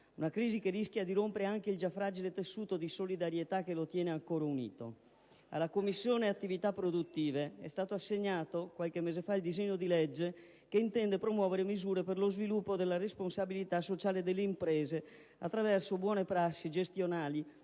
una crisi che rischia di rompere anche il già fragile tessuto di solidarietà che lo tiene ancora unito. Alla Commissione attività produttive è stato assegnato qualche mese fa il disegno di legge che intende promuovere misure per lo sviluppo della responsabilità sociale delle imprese, attraverso buone prassi gestionali,